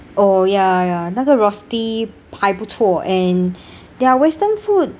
oh ya ya 那个 rosti 牌不错 and their western food